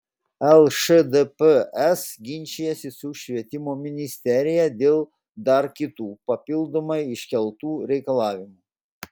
lšdps ginčijasi su švietimo ministerija dėl dar kitų papildomai iškeltų reikalavimų